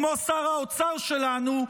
כמו שר האוצר שלנו,